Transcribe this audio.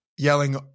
yelling